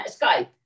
Skype